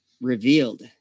revealed